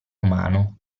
umano